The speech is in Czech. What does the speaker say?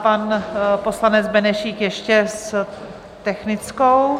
Pan poslanec Benešík ještě s technickou.